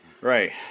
Right